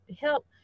help